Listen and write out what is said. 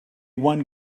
one